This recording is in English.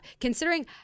considering